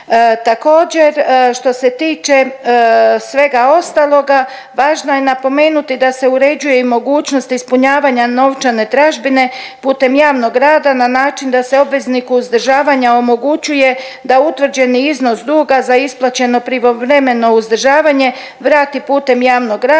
Također što se tiče svega ostaloga, važno je napomenuti da se uređuje i mogućnost ispunjavanja novčane tražbine putem javnog rada na način da se obvezniku uzdržavanja omogućuje da utvrđeni iznos duga za isplaćeno privremeno uzdržavanje, vrati putem javnog rada